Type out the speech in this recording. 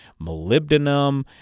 molybdenum